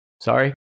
sorry